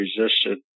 resisted